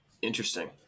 Interesting